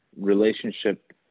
relationship